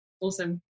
Awesome